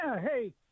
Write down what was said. hey